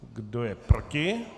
Kdo je proti?